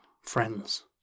friends